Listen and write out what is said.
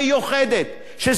שזה לא עניין של מה בכך,